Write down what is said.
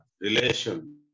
relation